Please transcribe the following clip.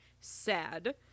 Sad